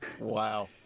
Wow